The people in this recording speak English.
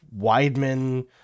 Weidman